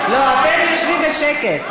לא, אתם יושבים בשקט.